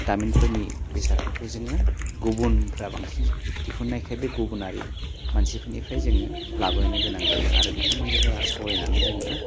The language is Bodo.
दामिनफोरनि बेसादफोरखौ जोङो गुबुनफ्रा बांसिन दिहुन्नायखाय बे गुबुनारि मानसिफोरनिफ्राय जोङो लाबोनो गोनां जायो आरो बिथांमोनजों जोहा सावरायनानै जोङो